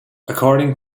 according